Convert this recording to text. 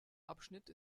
abschnitt